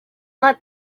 let